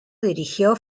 dirigió